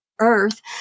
earth